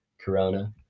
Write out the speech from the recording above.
Corona